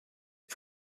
his